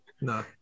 No